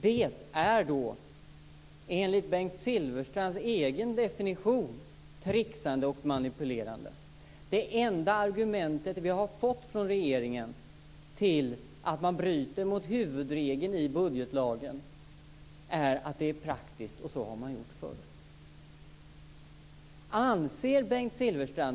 Det är enligt Bengt Silfverstrands egen definition tricksande och manipulerande. Det enda argumentet vi har fått från regeringen för att man bryter mot huvudregeln i budgetlagen är att det är praktiskt och att man har gjort så förr.